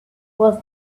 was